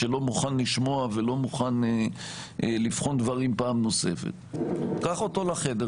שלא מוכן לשמוע ולא מוכן לבחון דברים פעם נוספת קח אותו לחדר,